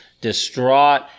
distraught